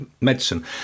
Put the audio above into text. medicine